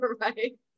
Right